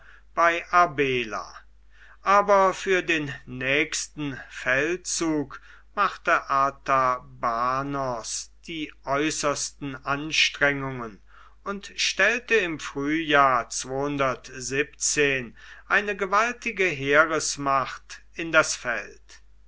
bei arbela aber für den nächsten feldzug machte artabanos die äußersten anstrengungen und stellte im frühjahr eine gewaltige heeresmacht in das feld